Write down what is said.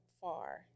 far